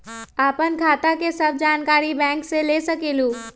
आपन खाता के सब जानकारी बैंक से ले सकेलु?